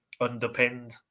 underpinned